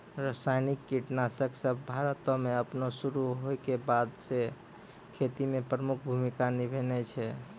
रसायनिक कीटनाशक सभ भारतो मे अपनो शुरू होय के बादे से खेती मे प्रमुख भूमिका निभैने छै